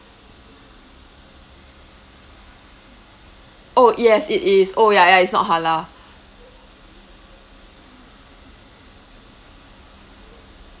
oh yes it is oh ya ya it's not halal